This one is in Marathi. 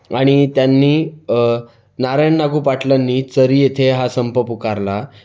आणि त्यांनी नारायण नागू पाटलांनी चरी येथे हा संप पुकारला